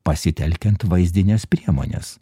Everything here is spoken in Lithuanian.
pasitelkiant vaizdines priemones